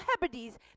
Hebrides